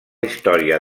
història